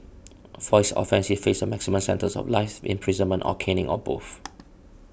for his offence he faced a maximum sentence of life imprisonment or caning or both